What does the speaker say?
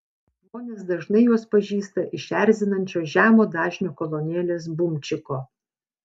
žmonės dažnai juos pažįsta iš erzinančio žemo dažnio kolonėlės bumčiko